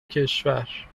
کشور